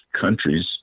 countries